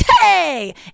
hey